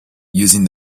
using